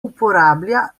uporablja